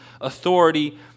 authority